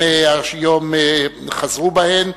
היום הן חזרו בהן.